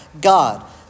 God